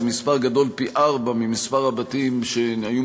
זה מספר גדול פי-ארבעה ממספר הבתים שהיו